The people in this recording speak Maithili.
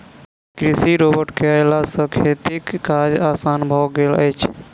कृषि रोबोट के अयला सॅ खेतीक काज आसान भ गेल अछि